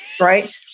right